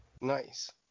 Nice